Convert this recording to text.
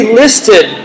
listed